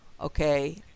Okay